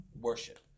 worship